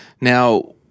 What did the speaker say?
Now